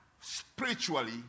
spiritually